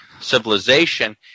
civilization